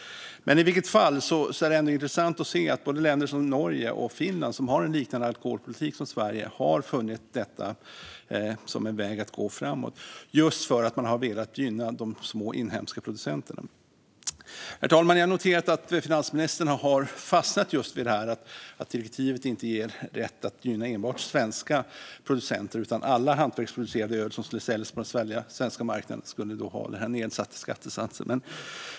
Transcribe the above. I vilket fall är det ändå intressant att se att länder som Norge och Finland, som har en liknande alkoholpolitik som Sverige, har funnit detta som en väg att gå framåt just för att man har velat gynna de små inhemska producenterna. Herr talman! Jag har noterat att finansministern har fastnat vid att direktivet inte ger rätt att gynna enbart svenska producenter; alla hantverksproducerade öl som säljs på den svenska marknaden skulle då ha den här nedsatta skattesatsen.